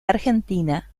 argentina